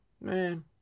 Man